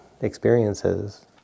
experiences